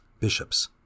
bishops